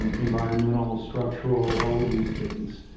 um environmental, structural, all of these things.